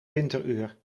winteruur